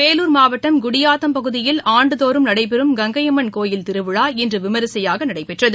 வேலூர் மாவட்டம் குடியாத்தம் பகுதியில் ஆண்டுதோறும் நடைபெறும் கங்கையம்மன் கோயில் திருவிழா இன்று விமர்சையாக நடைபெற்றது